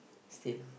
still ah